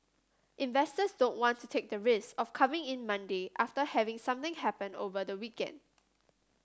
investors don't want to take the risk of coming in Monday after having something happen over the weekend